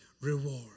reward